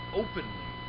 openly